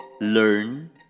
learn